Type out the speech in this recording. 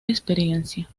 experiencia